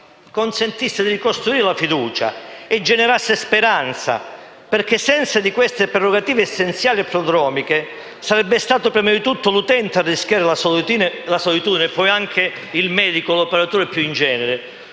consentisse di costruire fiducia e generasse speranza, perché senza queste prerogative essenziali e prodromiche, sarebbe stato prima di tutto l'utente a rischiare la solitudine e poi anche il medico e l'operatore in genere,